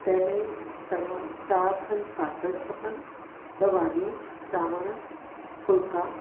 तंहिं में चङा चार खनि स्टार्टस खपनि ॿ भाॼियूं चांवर फुल्का